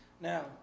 Now